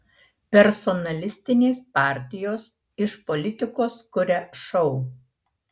personalistinės partijos iš politikos kuria šou